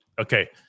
Okay